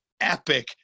epic